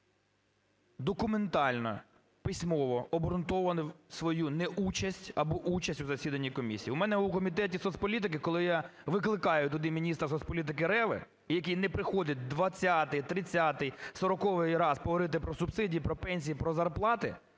документально, письмово обґрунтовував свою неучасть або участь в засіданні комісії. У мене в Комітеті соцполітики, коли я викликаю туди міністра соцполітики Реву, який не приходить 20- й, 30-й, 40-й раз поговорити про субсидії, про пенсії, про зарплати,